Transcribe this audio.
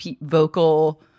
vocal